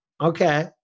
Okay